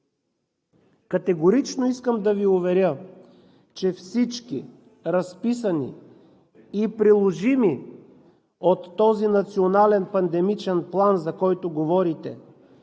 Категорично искам да Ви уверя, че всички разписани и приложими дейности от този национален пандемичен план, за който говорите,